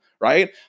right